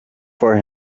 for